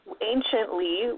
anciently